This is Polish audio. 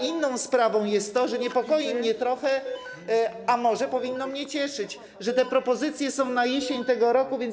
Inną sprawą jest to, że niepokoi mnie trochę, a może powinno mnie cieszyć, że te propozycje są na jesień tego roku, a więc.